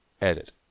edit